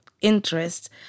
interest